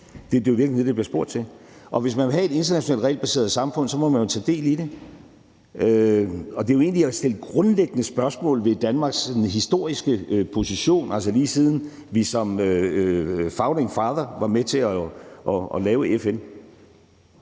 Det er jo i virkeligheden det, der bliver spurgt til. Hvis man vil have et internationalt regelbaseret samfund, må man jo tage del i det. Det er egentlig at stille grundlæggende spørgsmål ved Danmarks historiske position, lige siden Danmark som founding father var med til at lave FN.